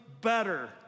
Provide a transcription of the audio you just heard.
better